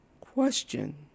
Question